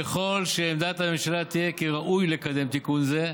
ככל שעמדת הממשלה תהיה כי ראוי לקדם תיקון זה,